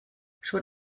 schon